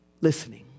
listening